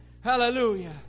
Hallelujah